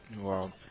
Wow